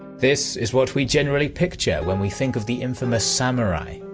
this is what we generally picture when we think of the infamous samurai.